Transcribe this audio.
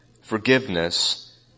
forgiveness